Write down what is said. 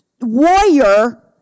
warrior